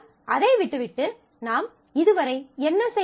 ஆனால் அதை விட்டுவிட்டு நாம் இதுவரை என்ன செய்தோம்